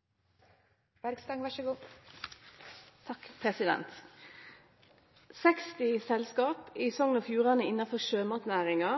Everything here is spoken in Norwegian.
selskap i Sogn og Fjordane innan sjømatnæringa,